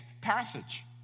passage